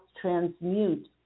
transmute